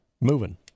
moving